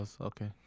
okay